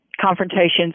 confrontations